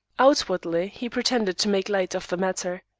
outwardly, he pretended to make light of the matter.